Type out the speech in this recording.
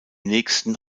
nächsten